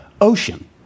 ocean